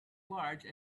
large